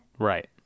Right